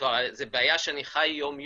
כלומר זו בעיה שאני חי יום יום,